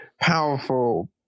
powerful